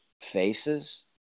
faces